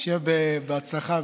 שיהיה בהצלחה,